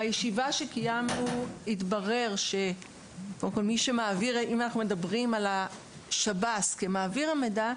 בישיבה שקיימנו התברר שאם אנחנו מדברים על השב"ס כמעביר המידע,